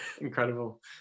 incredible